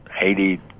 Haiti